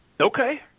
Okay